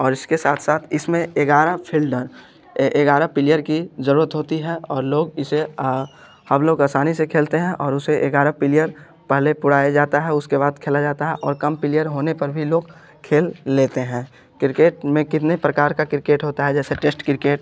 और इसके साथ साथ इसमें ग्यारह फिल्डर ग्यारह पिलियर की जरूरत होती है लोग इसे हम लोग असानी से खेलते हैं और उसे ग्यारह पिलियर पहले बुलाया जाता है उसके बाद खेला जाता है और कम पिलियर होने पर भी लोग खेल लेते हैं क्रिकेट में कितने प्रकार का क्रिकेट होता है जैसे टेस्ट क्रिकेट